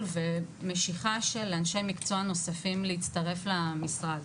ומשיכה של אנשי מקצוע נוספים להצטרף למשרה.